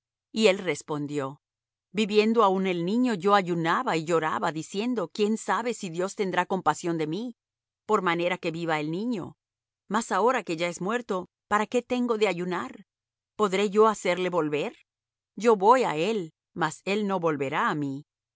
y él respondió viviendo aún el niño yo ayunaba y lloraba diciendo quién sabe si dios tendrá compasión de mí por manera que viva el niño mas ahora que ya es muerto para qué tengo de ayunar podré yo hacerle volver yo voy á él mas él no volverá á mí